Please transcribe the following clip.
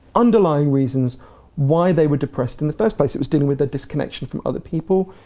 underlying reasons why they were depressed in the first place. it was dealing with their disconnection from other people,